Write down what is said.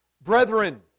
Brethren